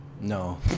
No